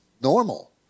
normal